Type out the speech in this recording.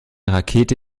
rakete